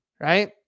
right